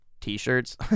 T-shirts